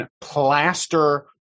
plaster